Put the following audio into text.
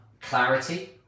clarity